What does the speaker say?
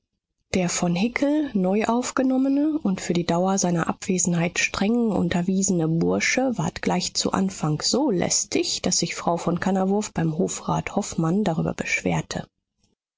der von hickel neuaufgenommene und für die dauer seiner abwesenheit streng unterwiesene bursche ward gleich zu anfang so lästig daß sich frau von kannawurf beim hofrat hofmann darüber beschwerte